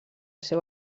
seu